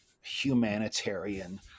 humanitarian